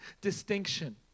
distinction